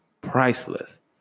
priceless